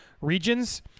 regions